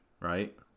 right